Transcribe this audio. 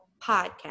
podcast